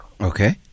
Okay